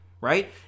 right